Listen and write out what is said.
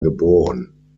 geboren